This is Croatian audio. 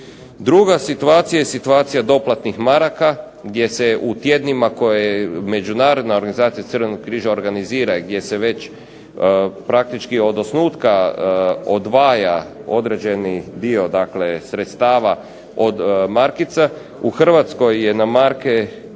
Druga situacija je situacija doplatnih maraka gdje se u tjednima koje Međunarodna organizacija Crvenog križa organizira i gdje se već praktički od osnutka odvaja određeni dio sredstava od markica, u Hrvatskoj je na marke